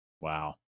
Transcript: wow